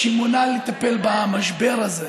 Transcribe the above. שמונה לטפל במשבר הזה?